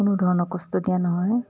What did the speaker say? কোনো ধৰণৰ কষ্ট দিয়া নহয়